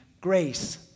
grace